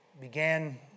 began